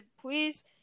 please